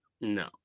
No